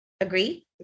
Agree